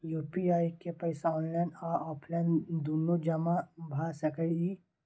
UPI के पैसा online आ ऑफलाइन दुनू जमा भ सकै इ?